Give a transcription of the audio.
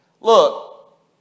Look